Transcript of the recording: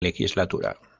legislatura